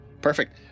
Perfect